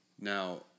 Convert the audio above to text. Now